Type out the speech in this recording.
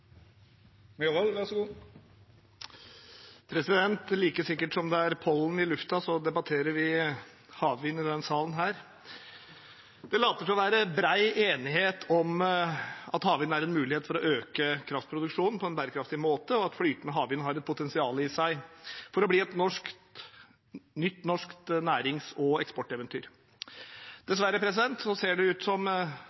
later til å være bred enighet om at havvind er en mulighet for å øke kraftproduksjonen på en bærekraftig måte – og at flytende havvind har et potensial i seg for å bli et nytt norsk nærings- og eksporteventyr.